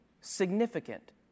significant